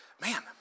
man